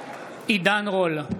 רול,